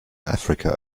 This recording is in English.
africa